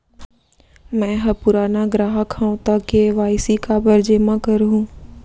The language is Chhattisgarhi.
मैं ह पुराना ग्राहक हव त के.वाई.सी काबर जेमा करहुं?